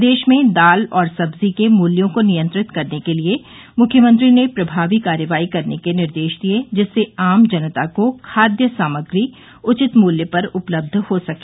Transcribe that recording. प्रदेश में दाल और सब्जी के मूल्यों को नियंत्रित करने के लिए मुख्यमंत्री ने प्रभावी कार्रवाई करने के निर्देश दिये जिससे आम जनता को खाद्य सामग्री उचित मूल्य पर उपलब्ध हो सके